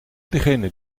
degene